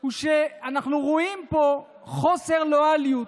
הוא שאנחנו רואים פה חוסר לויאליות,